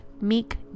meek